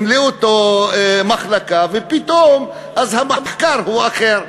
ולאותה מחלקה ופתאום המחקר הוא אחר.